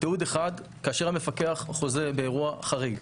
תיעוד אחד כאשר המפקח חוזה באירוע חריג,